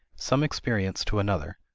some experience to another,